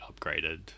upgraded